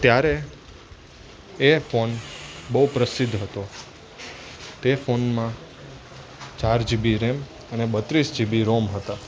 ત્યારે એ ફોન બહુ પ્રસિદ્ધ હતો તે ફોનમાં ચાર જીબી રેમ અને બત્રીસ જીબી રોમ હતા